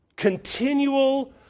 continual